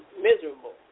miserable